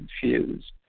confused